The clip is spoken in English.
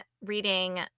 reading